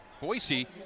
Boise